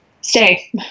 stay